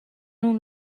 اون